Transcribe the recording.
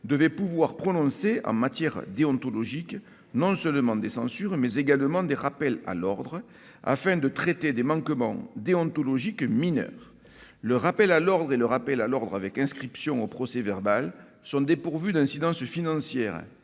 le bureau puisse prononcer, en matière déontologique, non seulement des censures, mais également des rappels à l'ordre, afin de traiter des manquements déontologiques mineurs. Le rappel à l'ordre et le rappel à l'ordre avec inscription au procès-verbal sont dépourvus d'incidence financière,